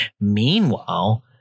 meanwhile